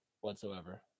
whatsoever